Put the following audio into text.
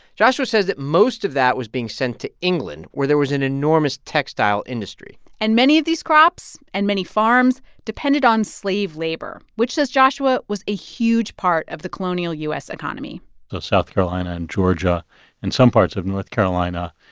joshua says that most of that was being sent to england where there was an enormous textile industry and many of these crops and many farms depended on slave labor, which, says joshua, was a huge part of the colonial u s. economy so south carolina and georgia and some parts of north carolina,